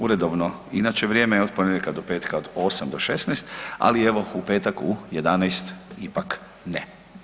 Uredovno inače vrijeme je od ponedjeljka do petka od 8 do 16, ali evo u petak u 11 ipak ne.